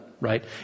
right